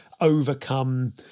overcome